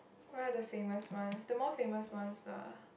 what are the famous one the more famous ones are